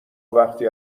وقتی